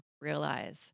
realize